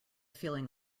feeling